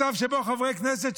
מצב שבו חברי כנסת,